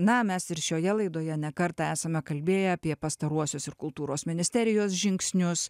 na mes ir šioje laidoje ne kartą esame kalbėję apie pastaruosius ir kultūros ministerijos žingsnius